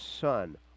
son